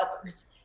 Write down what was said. others